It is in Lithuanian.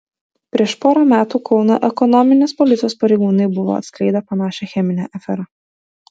prieš porą metų kauno ekonominės policijos pareigūnai buvo atskleidę panašią cheminę aferą